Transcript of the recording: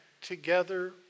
together